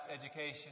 education